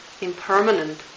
impermanent